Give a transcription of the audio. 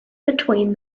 between